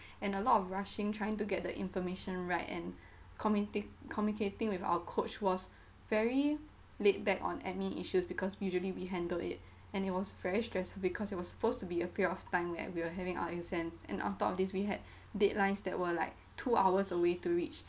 and a lot of rushing trying to get the information right and comitti~ communicating with our coach was very laid back on admin issues because usually we handle it and it was very stressful because it was supposed to be a period of time where we are having our exams and top of this we had deadlines that were like two hours away to reach